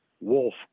wolf